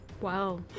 Wow